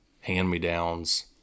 hand-me-downs